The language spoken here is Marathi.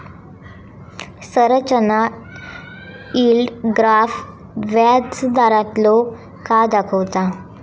संरचना यील्ड ग्राफ व्याजदारांतलो काळ दाखवता